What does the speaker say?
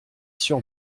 sur